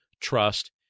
trust